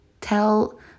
Tell